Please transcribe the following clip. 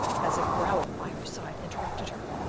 as a growl by her side interrupted her.